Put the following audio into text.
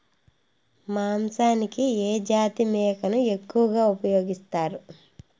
మాంసానికి ఏ జాతి మేకను ఎక్కువగా ఉపయోగిస్తారు?